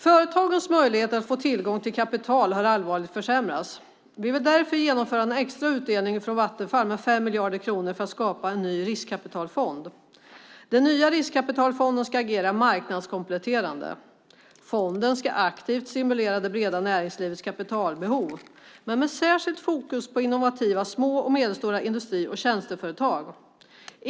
Företagens möjligheter att få tillgång till kapital har allvarligt försämrats. Vi vill därför genomföra en extra utdelning från Vattenfall med 5 miljarder kronor för att skapa en ny riskkapitalfond. Den nya riskkapitalfonden ska agera marknadskompletterande. Fonden ska aktivt stimulera det breda näringslivets kapitalbehov men med särskilt fokus på innovativa små och medelstora industrier och tjänsteföretag.